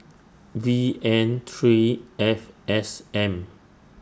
V N three F S M